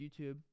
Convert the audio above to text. YouTube